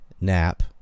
nap